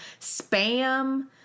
spam